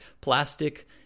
plastic